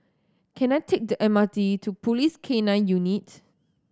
can I take the M R T to Police K Nine Unit